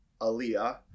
Aaliyah